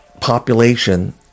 population